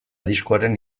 diskoaren